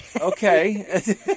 Okay